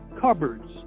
cupboards